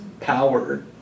power